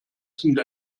sind